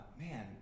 man